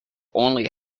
only